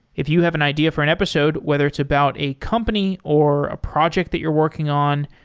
if you have an idea for an episode, whether it's about a company or a project that you're working on,